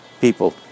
people